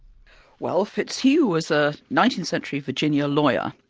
well fitzhugh was a nineteenth century virginia lawyer,